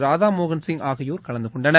ராதாமோகன் சிங் ஆகியோர் கலந்து கொண்டனர்